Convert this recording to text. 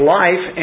life